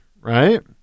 Right